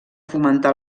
fomentar